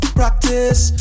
practice